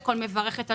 היא גם יותר דמוקרטית.